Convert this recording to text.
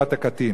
אבל בעיקרון,